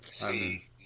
See